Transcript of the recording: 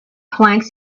planks